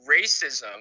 racism